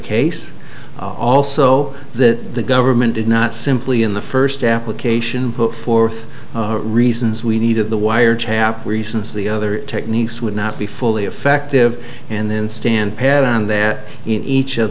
case also that the government did not simply in the first application put forth reasons we needed the wiretap reasons the other techniques would not be fully effective and then stand pat on that in each of